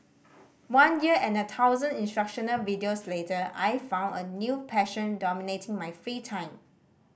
one year and a thousand instructional videos later I found a new passion dominating my free time